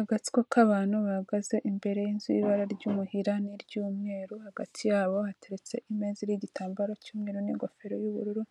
Agatsiko k'abantu bahagaze imbere y'inzu y'ibara ry'umuhira n'iry'umweru, hagati yabo hateretse imeza iriho igitambaro cy'umweru n'ingofero y'ubururu,